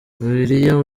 bibiliya